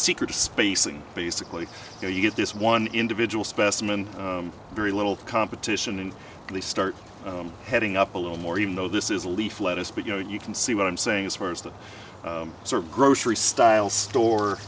secret spacing basically you get this one individual specimen very little competition and they start heading up a little more even though this is a leaf lettuce but you know you can see what i'm saying as far as the sort of grocery style store